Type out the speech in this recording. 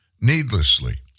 needlessly